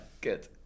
good